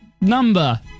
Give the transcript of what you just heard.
number